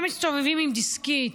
לא מסתובבים עם דיסקית,